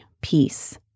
peace